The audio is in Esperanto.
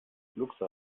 luksa